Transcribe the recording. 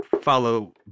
follow